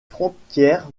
frontières